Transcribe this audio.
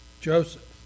Joseph